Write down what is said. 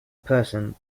person